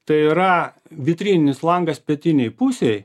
tai yra vitrininis langas pietinėj pusėj